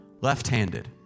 left-handed